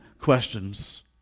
questions